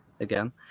again